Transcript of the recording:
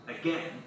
again